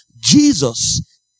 Jesus